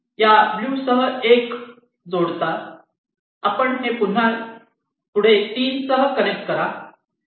या ब्ल्यू 1 सह 1 जोडता आपण हे पुन्हा पुढे 3 सह कनेक्ट करा